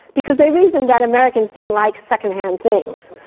because they reasoned that americans didn't like second-hand things!